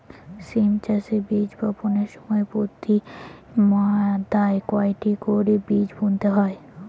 সিম চাষে বীজ বপনের সময় প্রতি মাদায় কয়টি করে বীজ বুনতে হয়?